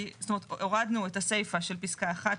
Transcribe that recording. הורדנו את הסיפה של פסקה (1),